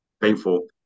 painful